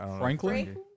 Franklin